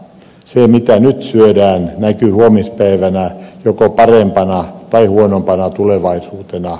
se mitä nyt syödään näkyy huomispäivänä joko parempana tai huonompana tulevaisuutena